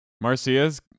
Marcia's